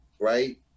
right